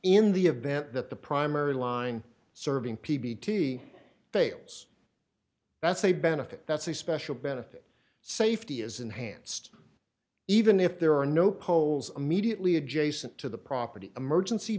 in the event that the primary line serving p b t fails that's a benefit that's a special benefit safety is enhanced even if there are no poles immediately adjacent to the property emergency